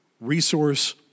resource